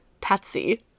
patsy